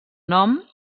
nom